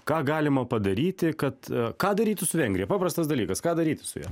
ką galima padaryti kad ką daryti su vengrija paprastas dalykas ką daryti su ja